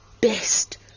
best